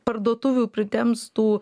parduotuvių pritemps tų